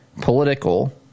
political